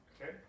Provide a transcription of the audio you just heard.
Okay